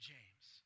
James